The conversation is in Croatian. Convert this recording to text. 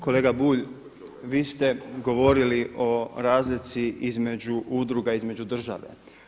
Kolega Bulj, vi ste govorili o razlici između udruga, između države.